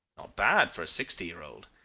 not bad for a sixty-year-old.